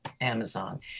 Amazon